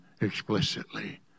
explicitly